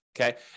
Okay